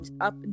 up